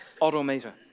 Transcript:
automata